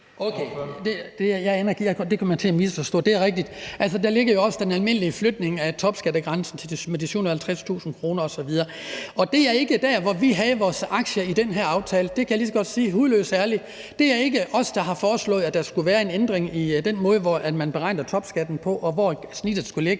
Det er ikke os, der har foreslået, at der skulle være en ændring i måde, man beregner topskatten på, og hvor snittet skulle ligge.